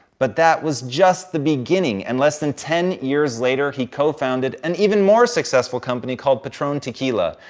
but that was just the beginning. and less than ten years later, he cofounded and even more successful company called patron tequila,